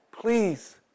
please